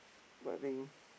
but I think